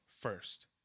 first